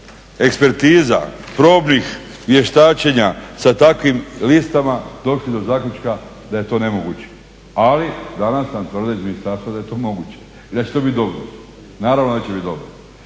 ekspertiza, probnih vještačenja sa takvim listama došli do zaključka da je to nemoguće. Ali danas nam tvrde iz ministarstva da je to moguće i da će to biti dobro. Naravno da će biti dobro.